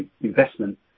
investment